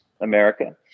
America